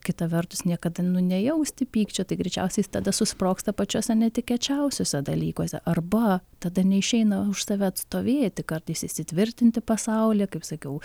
kita vertus niekada nu nejausti pykčio tai greičiausiai jis tada susprogsta pačiuose netikėčiausiuose dalykuose arba tada neišeina už save atstovėti kartais įsitvirtinti pasaulyje kaip sakiau